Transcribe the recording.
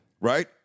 Right